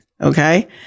okay